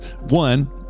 one